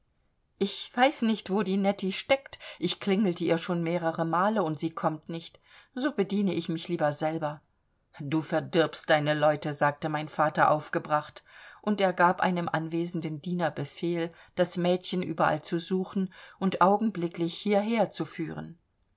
ich weiß nicht wo die netti steckt ich klingelte ihr schon mehrere male und sie kommt nicht so bediene ich mich lieber selber du verdirbst deine leute sagte mein vater aufgebracht und er gab einem anwesenden diener befehl das mädchen überall zu suchen und augenblicklich hierher zu führen